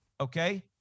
okay